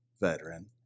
veteran